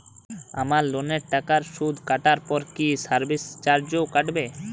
আমার লোনের টাকার সুদ কাটারপর কি সার্ভিস চার্জও কাটবে?